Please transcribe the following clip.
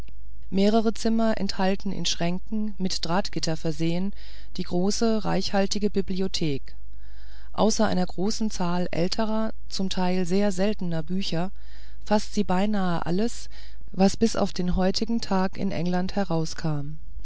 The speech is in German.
mehrere zimmer enthalten in schränken mit drahtgittern versehen die große reichhaltige bibliothek außer eine großen zahl älterer zum teil sehr seltener bücher faßt sie beinahe alles was bis auf den heuten tag in england herauskommt